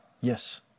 Yes